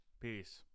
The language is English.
Peace